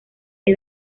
que